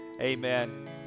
Amen